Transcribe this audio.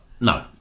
no